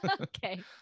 Okay